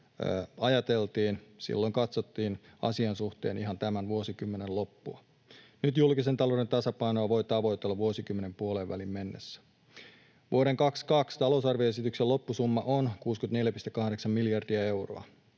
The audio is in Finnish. ajateltiin. Silloin katsottiin asian suhteen ihan tämän vuosikymmenen loppua. Nyt julkisen talouden tasapainoa voi tavoitella vuosikymmenen puoleenväliin mennessä. Vuoden 22 talousarvioesityksen loppusumma on 64,8 miljardia euroa.